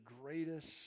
greatest